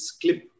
clip